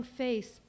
face